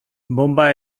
bonba